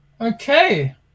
Okay